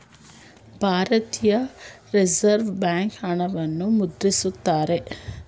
ಭಾರತೀಯ reserve bank ಹಣವನ್ನು ಮುದ್ರಿಸುತ್ತಾರೆ